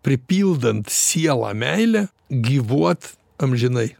pripildant sielą meile gyvuot amžinai